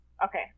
Okay